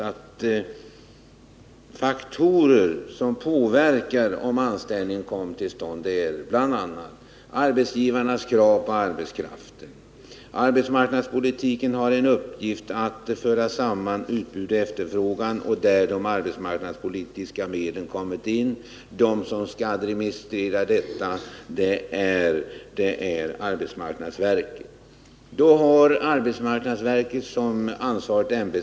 En faktor, som påverkar om en anställning kommer till stånd, är bl.a. arbetsgivarnas krav på arbetskraften. Arbetsmarknadspolitiken har till uppgift att föra samman utbud och efterfrågan. Där kommer de arbetsmarknadspolitiska medlen in. Den myndighet som skall administrera detta är arbetsmarknadsverket.